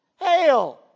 Hail